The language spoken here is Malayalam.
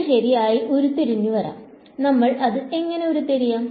ഇത് ശരിയായി ഉരുത്തിരിഞ്ഞു വരാം നമ്മൾ അത് എങ്ങനെ ഉരുത്തിരിയാം